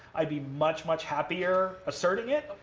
i'd be much, much happier asserting it.